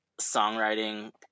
songwriting